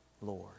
Lord